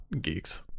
geeks